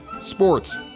sports